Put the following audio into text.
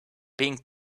ping